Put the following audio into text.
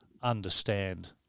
understand